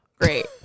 great